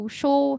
show